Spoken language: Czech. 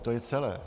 To je celé.